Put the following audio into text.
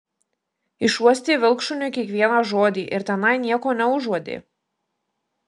išuostė vilkšuniai kiekvieną žodį ir tenai nieko neužuodė